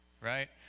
right